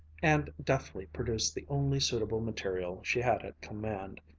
and deftly produced the only suitable material she had at command.